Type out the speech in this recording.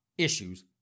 issues